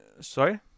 Sorry